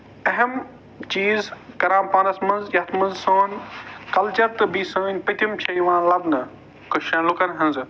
اَہم چیٖز کَران پانَس منٛز یَتھ منٛز سوٚن کَلچر تہٕ بیٚیہِ سٲنۍ پٔتِم چھےٚ یِوان لَبنہٕ کٲشرٮ۪ن لُکن ہٕنٛزٕ